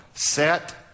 set